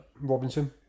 Robinson